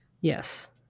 Yes